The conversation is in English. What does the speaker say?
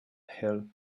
held